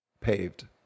paved